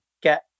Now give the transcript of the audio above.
get